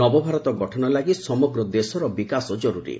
ନବଭାରତର ବିକାଶ ଲାଗି ସମଗ୍ର ଦେଶର ବିକାଶ ଜରୁରୀ